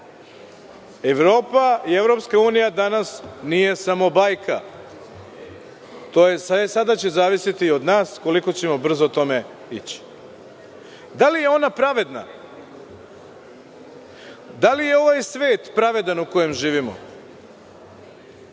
Evropa i EU danas nije samo bajka, sada će zavisiti od nas koliko ćemo brzo tome ići. Da li je ona pravedna? Da li je ovaj svet pravedan u kojem živimo?